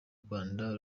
rwanda